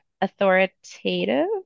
authoritative